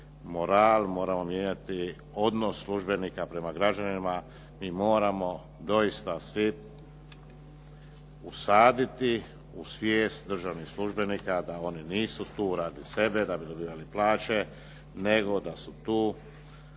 moral, moramo mijenjati odnos službenika prema građanima, mi moramo doista svi usaditi u svijest državnih službenika da oni nisu tu radi sebe, da bi dobivali plaće nego da su tu